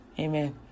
Amen